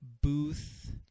booth